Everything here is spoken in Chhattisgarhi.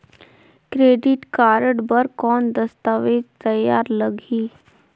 क्रेडिट कारड बर कौन दस्तावेज तैयार लगही?